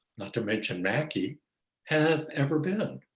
not to mention mackie have ever been.